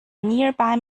nearby